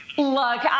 Look